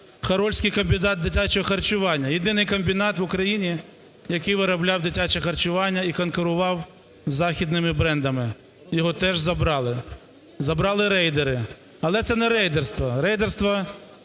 Хорольський комбінат дитячого харчування – єдиний комбінат в Україні, який виробляв дитяче харчування і конкурував з західними брендами, його теж забрали. Забрали рейдери, але це не рейдерство, рейдерство